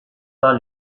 pas